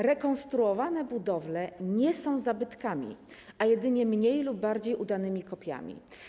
Rekonstruowane budowle nie są zabytkami, a jedynie mniej lub bardziej udanymi kopiami.